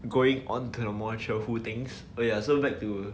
going on to the more cheerful things oh ya so back to